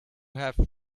have